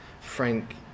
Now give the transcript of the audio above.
Frank